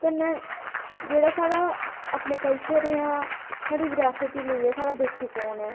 कन्नै जेह्ड़ा साढ़ा कल्चर जां साढ़ी विरासत गी लेइयै साढ़ा द्रिश्टीकोन ऐ